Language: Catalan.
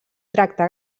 tracte